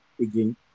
again